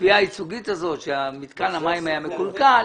התביעה הייצוגית הזאת שמיתקן המים היה מקולקל,